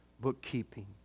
bookkeeping